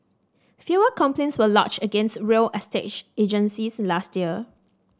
fewer complaints were lodged against real estate agencies last year